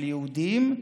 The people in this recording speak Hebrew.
של יהודים,